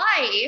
life